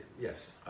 Yes